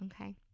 Okay